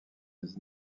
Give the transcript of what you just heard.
les